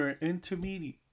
intermediate